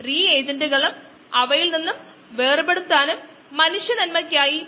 S≫KS ഓർക്കുക അതായത് Ks എന്നത് സബ്സ്ട്രേറ്റ് സാന്ദ്രത ആണ്